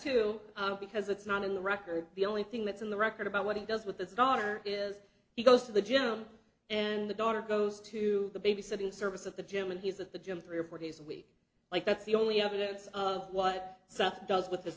too because it's not in the record the only thing that's in the record about what he does with his daughter is he goes to the gym and the daughter goes to the babysitting service of the gym and he's at the gym three or four days a week like that's the only evidence of what so does with this